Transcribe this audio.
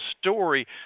story